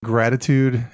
Gratitude